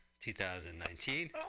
2019